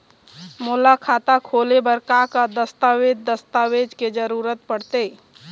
मोला खाता खोले बर का का दस्तावेज दस्तावेज के जरूरत पढ़ते?